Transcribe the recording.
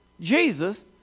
Jesus